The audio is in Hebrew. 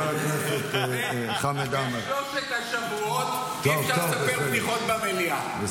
בוא נפסיק לתת לו את הכוח ביחד, ארז.